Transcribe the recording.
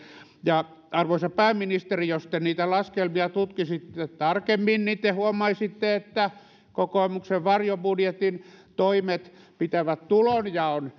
arvoisa pääministeri jos te niitä laskelmia tutkisitte tarkemmin niin te huomaisitte että kokoomuksen varjobudjetin toimet pitävät tulonjaon